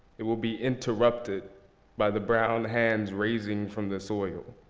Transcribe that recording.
it will be interrupted by the brown hands raising from this soil.